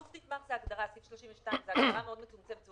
גוף נתמך כהגדרה סעיף 32, זו הגדרה מאוד מצומצמת.